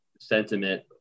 sentiment